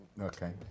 okay